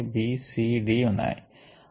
6 అది అడ్డు వరుసలతో సమానం